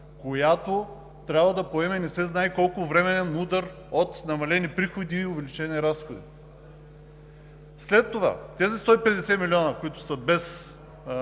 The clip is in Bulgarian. която трябва да поеме не се знае колко временен удар от намалени приходи и увеличени разходи. След това тези 150 млн. лв., които са без